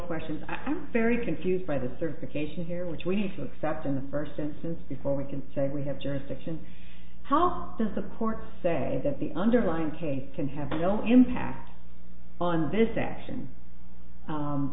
question i'm very confused by the certification here which we saw except in the first instance before we can say we have jurisdiction how does the court say that the underlying case can have no impact on this action